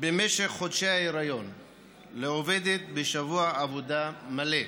במשך חודשי ההיריון לעובדת בשבוע עבודה מלא,